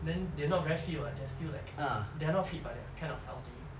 then they are not very fit [what] they are still like they are not fit but they are kind of healthy